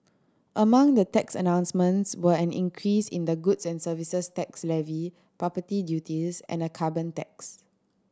among the tax announcements were an increase in the goods and Services Tax levy property duties and a carbon tax